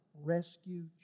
rescue